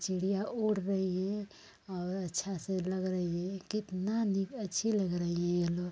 चिड़िया उड़ रही है और अच्छा से लग रही है कितना इ अच्छी लग रही हैं ये लोग